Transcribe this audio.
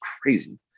crazy